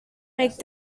make